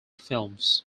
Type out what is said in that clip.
films